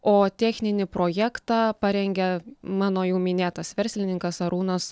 o techninį projektą parengė mano jau minėtas verslininkas arūnas